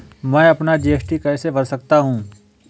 मैं अपना जी.एस.टी कैसे भर सकता हूँ?